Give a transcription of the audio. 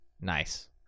Nice